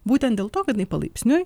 būtent dėl to kad jinai palaipsniui